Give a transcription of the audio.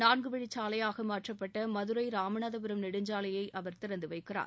நான்குவழிச் சாலையாக மாற்றப்பட்ட மதுரை ராமநாதபுரம் நெடுஞ்சாலையை அவர் திறந்து வைக்கிறார்